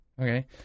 Okay